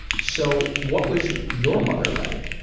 so what was your mother like?